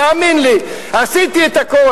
תאמין לי, עשיתי את הכול.